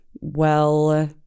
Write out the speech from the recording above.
well-